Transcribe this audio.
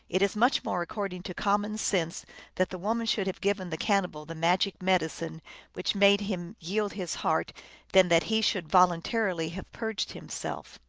it is much more according to common sense that the woman should have given the cannibal the magic medicine which made him yield his heart than that he should voluntarily have purged himself.